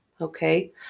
okay